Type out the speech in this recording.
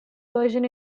version